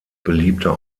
beliebter